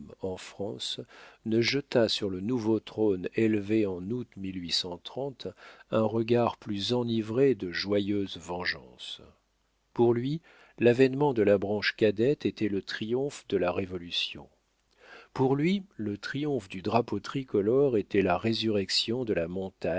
en france ne jeta sur le nouveau trône élevé en août un regard plus enivré de joyeuse vengeance pour lui l'avénement de la branche cadette était le triomphe de la révolution pour lui le triomphe du drapeau tricolore était la résurrection de la montagne